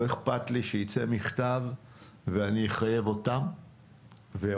לא אכפת לי שייצא מכתב ואני אחייב אותם ואותנו